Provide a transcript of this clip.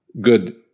good